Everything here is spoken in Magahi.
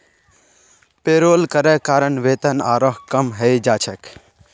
पेरोल करे कारण वेतन आरोह कम हइ जा छेक